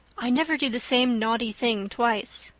i never do the same naughty thing twice.